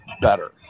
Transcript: better